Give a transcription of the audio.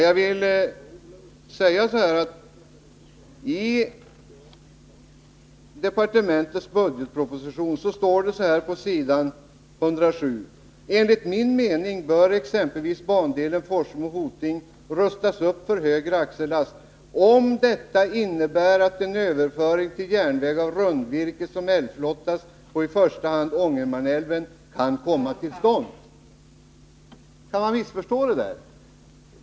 Jag vill återge vad som står på s. 107 i kommunikationsdepartementets del av budgetpropositionen: ”Enligt min mening bör exempelvis bandelen Forsmo-Hoting rustas upp för högre axellast om detta innebär att en överföring till järnväg av rundvirke som älvflottas på i första hand Ångermanälven kan komma till stånd.” Kan detta missförstås?